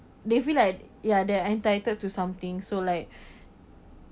they feel like ya they're entitled to something so like